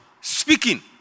speaking